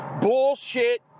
bullshit